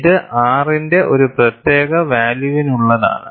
ഇത് R ന്റെ ഒരു പ്രത്യേക വാല്യൂവിനുള്ളതാണ്